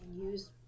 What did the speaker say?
Use